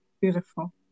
beautiful